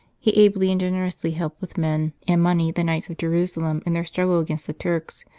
he ably and generously helped with men and money the knights of jerusalem in their struggle against the turks,